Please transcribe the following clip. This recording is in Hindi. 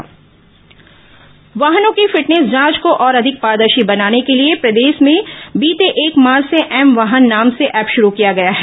वाहन फिटनेस जांच वाहनों की फिटनेस जांच को और अधिक पारदर्शी बनाने के लिए प्रदेश में बीते एक मार्च से एम वाहन नाम से ऐप शुरू किया गया है